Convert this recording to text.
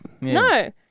No